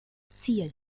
ziel